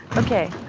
ok.